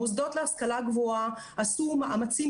המוסדות להשכלה הגבוהה עשו מאמצים